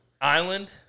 Island